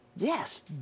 Yes